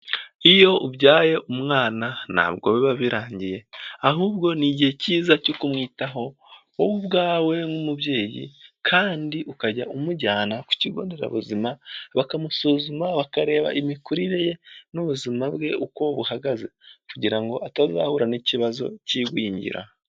Iyo ubyaye umwana ntabwo biba birangiye ahubwo ni igihe cyiza cyo kumwitaho wowe ubwawe nk'umubyeyi, kandi ukajya umujyana ku kigo nderabuzima bakamusuzuma bakareba imikurire ye n'ubuzima bwe uko buhagaze kugira ngo atazahura n'ikibazo kigwingira.